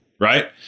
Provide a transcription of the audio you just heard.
Right